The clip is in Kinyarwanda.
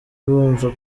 bumva